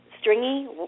stringy